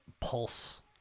pulse